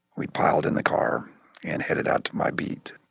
we piled in the car and headed out to my beat.